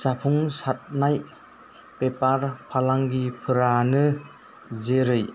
जाफुंसारनाय बेफार फालांगिफोरानो जेरै